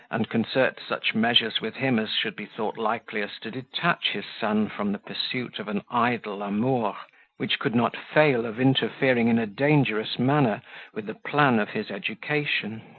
and concert such measures with him as should be thought likeliest to detach his son from the pursuit of an idle amour, which could not fail of interfering in a dangerous manner with the plan of his education.